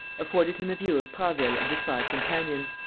afforded him a view of prasville and his five companions.